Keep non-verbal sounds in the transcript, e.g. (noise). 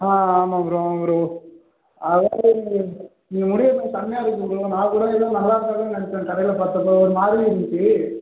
ஆ ஆமாம் ப்ரோ ஆமாம் ப்ரோ (unintelligible) நீங்கள் முடி வெட்டினது செம்மையாக இருந்துச்சு ப்ரோ நான் கூட ஏதோ நல்லாயிருக்காதுன்னு நினச்சேன் கடையில் பார்த்தப்ப ஒரு மாதிரி இருந்துச்சு